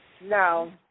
No